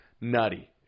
nutty